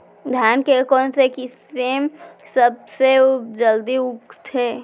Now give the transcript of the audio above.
धान के कोन से किसम सबसे जलदी उगथे?